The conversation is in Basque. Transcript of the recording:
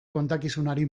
kontakizunari